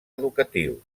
educatius